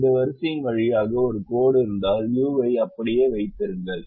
அந்த வரிசையின் வழியாக ஒரு கோடு இருந்தால் u ஐ அப்படியே வைத்திருங்கள்